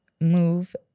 Move